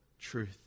truth